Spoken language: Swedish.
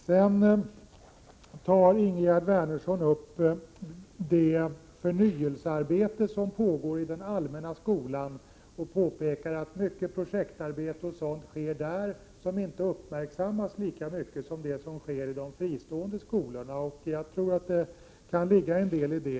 Sedan tar Ingegerd Wärnersson upp det förnyelsearbete som pågår i den allmänna skolan och påpekar att mycket projektarbete och sådant sker där som inte uppmärksammas lika mycket som det som sker i de fristående skolorna. Jag tror att det kan ligga en del i det.